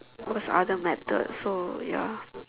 what's other methods so ya